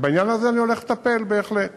ובעניין הזה אני הולך לטפל בהחלט.